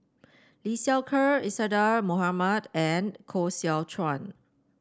Lee Seow Ser Isadhora Mohamed and Koh Seow Chuan